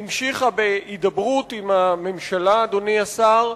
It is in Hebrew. נמשך בהידברות עם הממשלה, אדוני השר,